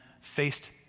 faced